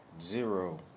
zero